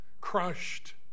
crushed